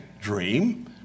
dream